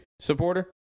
supporter